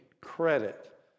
credit